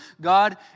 God